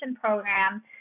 program